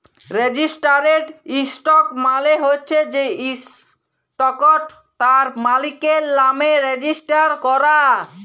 registered stock মালে হচ্যে যে ইসটকট তার মালিকের লামে রেজিস্টার ক্যরা